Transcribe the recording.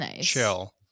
chill